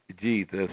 Jesus